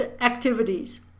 activities